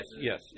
yes